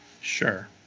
Sure